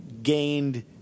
gained